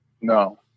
No